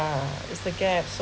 uh is the gap so